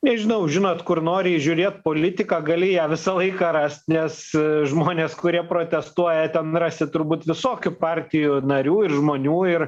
nežinau žinot kur nori įžiūrėt politiką gali ją visą laiką rast nes žmonės kurie protestuoja ten rasi turbūt visokių partijų narių ir žmonių ir